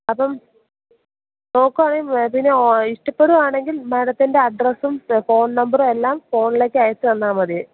അപ്പം നോക്കുവാണേൽ മേഡത്തിന് ഇഷ്ടപ്പെടുവാണെങ്കിൽ മേഡത്തിൻ്റെ അഡ്രസ്സും ഫോൺ നമ്പറുവെല്ലാം ഫോണിലേക്ക് അയച്ച് തന്നാൽ മതി